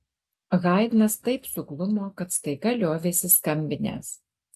haidnas taip suglumo kad staiga liovėsi skambinęs